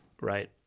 right